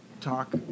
talk